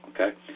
Okay